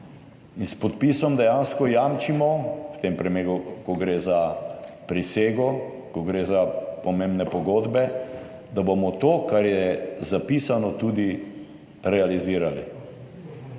in s podpisom, dejansko jamčimo, v tem primeru, ko gre za prisego, ko gre za pomembne pogodbe, da bomo to kar je zapisano, tudi realizirali.